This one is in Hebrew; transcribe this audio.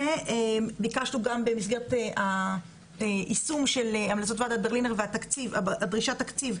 ביקשנו גם במסגרת היישום של המלצות ועדת ברלינר ודרישת התקציב,